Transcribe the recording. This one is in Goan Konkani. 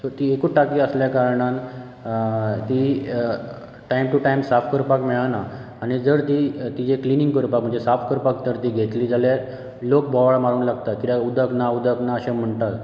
सो ती एकूच टाकी आसल्या कारणान ती टायम टू टायम साफ करपाक मेळना आनी जर ती तिजें क्लिनींग करपाक म्हणजे साफ करपाक तर ती घेतली जाल्यार लोक बोवाळ मारूंक लागतात कित्याक लोक उदक ना उदक ना अशें म्हणटात